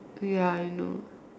ya I know